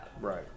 Right